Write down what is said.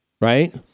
right